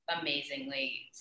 amazingly